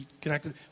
connected